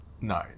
No